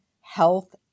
health